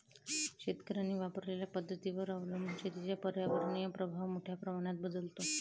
शेतकऱ्यांनी वापरलेल्या पद्धतींवर अवलंबून शेतीचा पर्यावरणीय प्रभाव मोठ्या प्रमाणात बदलतो